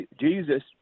Jesus